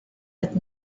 but